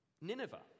Nineveh